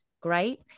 great